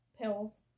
pills